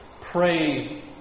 Pray